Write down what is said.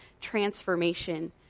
transformation